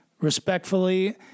respectfully